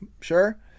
sure